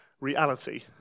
reality